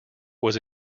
was